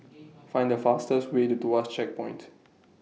Find The fastest Way to Tuas Checkpoint